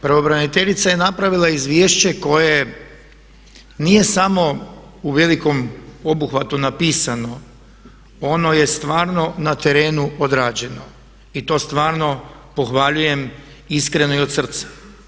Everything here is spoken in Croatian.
Pravobraniteljica je napravila izvješće koje nije samo u velikom obuhvatu napisano, ono je stvarno na terenu odrađeno i to stvarno pohvaljujem iskreno i od srca.